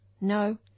no